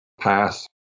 Pass